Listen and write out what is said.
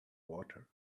water